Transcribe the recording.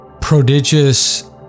prodigious